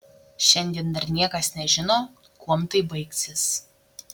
šiandien dar niekas nežino kuom tai baigsis